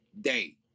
day